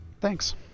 Thanks